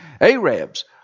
Arabs